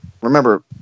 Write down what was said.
remember